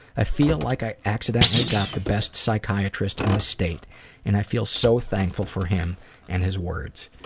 i feel like i accidentally got the best psychiatrist in the state and i feel so thankful for him and his words.